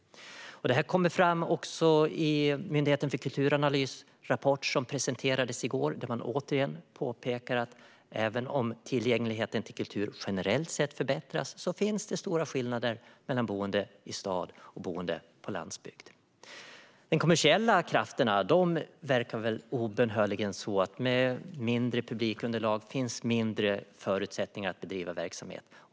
Det här kommer fram i Myndigheten för kulturanalys rapport, som presenterades i går, där man återigen påpekar att även om tillgängligheten till kultur generellt sett förbättras finns det stora skillnader mellan boende i stad och boende på landsbygd. De kommersiella krafterna verkar obönhörligen så att med mindre publikunderlag finns det mindre förutsättningar att bedriva verksamhet.